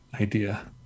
idea